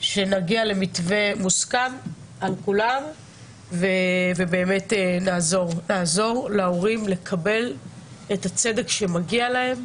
שנגיע למתווה מוסכם על כולם ובאמת נעזור להורים לקבל את הצדק שמגיע להם,